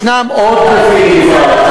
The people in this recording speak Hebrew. יש עוד גופים,